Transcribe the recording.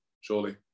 surely